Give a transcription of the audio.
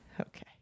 Okay